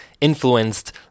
influenced